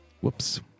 Whoops